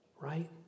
Right